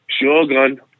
shogun